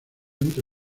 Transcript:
entre